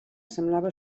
semblava